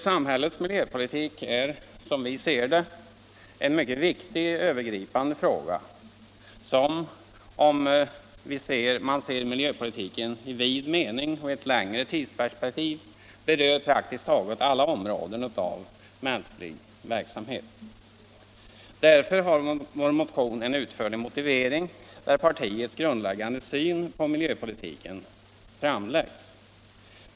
Samhällets miljöpolitik är, som vi ser det, en mycket viktig övergripande fråga som, om man ser miljöpolitiken i vid mening och i ett längre tidsperspektiv, berör praktiskt taget alla områden av mänsklig verksamhet. Därför har vår motion en utförlig motivering, där partiets grundläggande syn på miljöpolitiken framläggs.